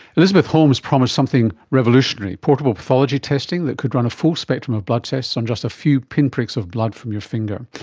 elizabeth holmes promised something revolutionary, a portable pathology testing that could run a full spectrum of blood tests on just a few pinpricks of blood from your finger.